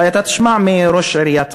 אולי אתה תשמע מראש עיריית חיפה.